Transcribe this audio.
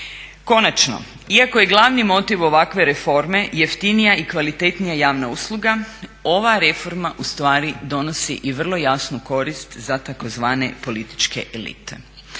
Konačno, iako je glavni motiv ovakve reforme jeftinija i kvalitetnija javna usluga ova reforma ustvari donosi i vrlo jasnu korist za tzv. političke elite.